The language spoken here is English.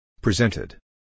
Presented